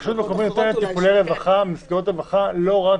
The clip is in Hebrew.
רשות מקומית נותנת טיפולי רווחה לא רק